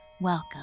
welcome